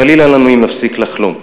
חלילה לנו אם נפסיק לחלום.